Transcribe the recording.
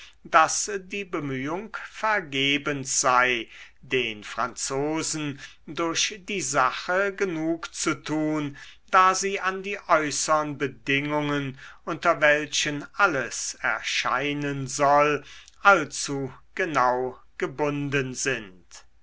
daß die bemühung vergebens sei den franzosen durch die sache genug zu tun da sie an die äußern bedingungen unter welchen alles erscheinen soll allzu genau gebunden sind